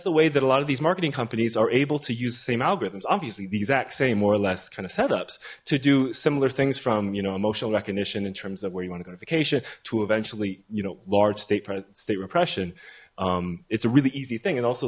the way that a lot of these marketing companies are able to use the same algorithms obviously the exact same more or less kind of setups to do similar things from you know emotional recognition in terms of where you want to go to vacation to eventually you know large state state repression it's a really easy thing and also